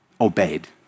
Obeyed